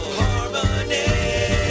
harmony